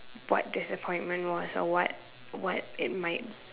what disappointment was or what what it might